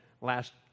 last